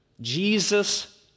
Jesus